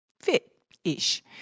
fit-ish